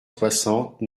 soixante